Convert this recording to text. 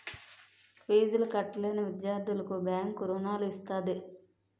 ఫీజులు కట్టలేని విద్యార్థులకు బ్యాంకు రుణాలు ఇస్తది